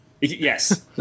Yes